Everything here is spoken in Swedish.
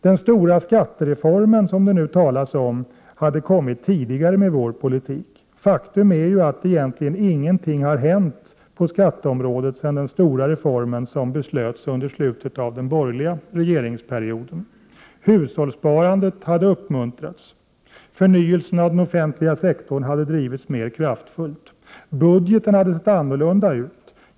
—- Den stora skattereform som det nu talas om hade med vår politik kommit tidigare. Faktum är ju att egentligen ingenting har hänt på skatteområdet sedan den stora reformen beslöts under slutet av den borgerliga regeringsperioden. - Förnyelsen av den offentliga sektorn hade drivits mer kraftfullt. —- Budgeten hade sett annorlunda ut.